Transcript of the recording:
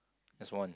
as one